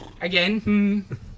Again